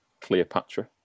cleopatra